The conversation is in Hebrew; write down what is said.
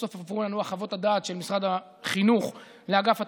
סוף-סוף עברו חוות הדעת של משרד החינוך לאגף התקציבים,